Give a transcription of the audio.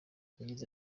yagize